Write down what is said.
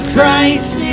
Christ